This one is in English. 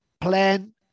plan